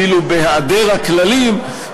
כאילו בהיעדר הכללים,